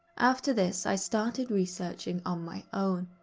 after this, i started researching on my own,